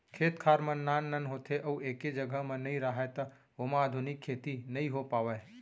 खेत खार मन नान नान होथे अउ एके जघा म नइ राहय त ओमा आधुनिक खेती नइ हो पावय